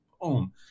boom